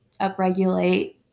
upregulate